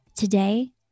Today